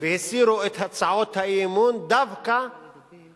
והסירו את הצעות האי-אמון דווקא